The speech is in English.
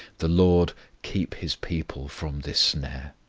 the lord keep his people from this snare.